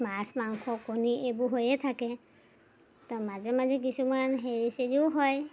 মাছ মাংস কণী এইবোৰ হৈয়ে থাকে ত মাজে মাজে কিছুমান হেৰি চেৰিও হয়